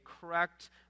correct